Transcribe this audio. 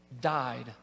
died